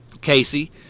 Casey